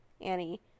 Annie